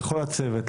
לכל הצוות,